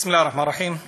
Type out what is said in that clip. בסם אללה א-רחמאן א-רחים.